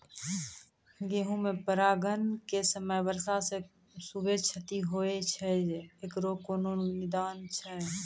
गेहूँ मे परागण के समय वर्षा से खुबे क्षति होय छैय इकरो कोनो निदान छै?